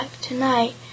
tonight